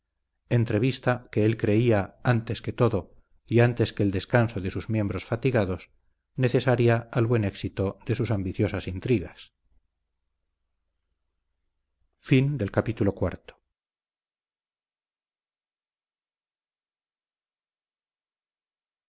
entrevista que él creía antes que todo y antes que el descanso de sus miembros fatigados necesaria al buen éxito de sus ambiciosas intrigas